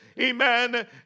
Amen